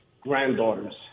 granddaughters